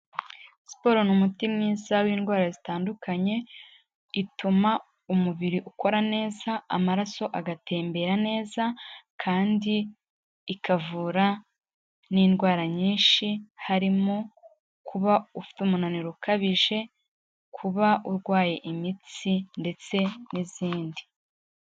Siporo ni umuti mwiza w'indwara zitandukanye, ituma umubiri ukora neza, amaraso agatembera neza kandi ikavura n'indwara nyinshi, harimo kuba ufite umunaniro ukabije, kuba urwaye imitsi ndetse n'izindi.